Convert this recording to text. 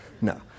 no